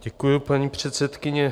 Děkuji, paní předsedkyně.